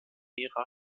ära